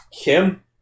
Kim